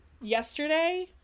yesterday